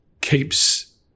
keeps